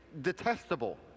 detestable